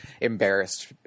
embarrassed